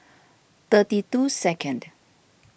thirty two second